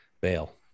bail